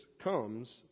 comes